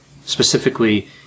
specifically